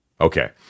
Okay